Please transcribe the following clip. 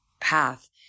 path